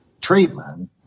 treatment